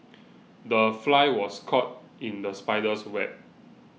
the fly was caught in the spider's web